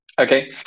Okay